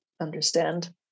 understand